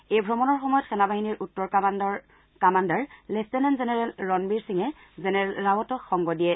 এই ভ্ৰমণৰ সময়ত সেনা বাহিনীৰ উত্তৰ কামাণ্ডৰ কামাণ্ডাৰ লেফটেনেণ্ট জেনেৰেল ৰণবীৰ সিঙে জেনেৰেল ৰাৱটক সংগ দিয়ে